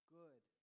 good